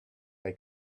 they